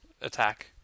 attack